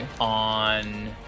on